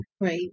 Right